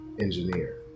engineer